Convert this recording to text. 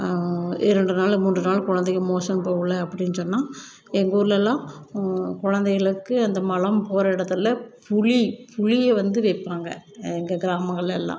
இரண்டு நாள் மூன்று நாள் குழந்தைங்க மோஷன் போகல அப்படின்னு சொன்னால் எங்கள் ஊர்லேலாம் குழந்தைகளுக்கு இந்த மலம் போகிற இடத்துல புளி புளியை வந்து வைப்பாங்க எங்கள் கிராமங்களில் எல்லாம்